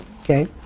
Okay